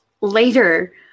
later